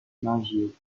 nauseating